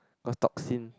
cause toxin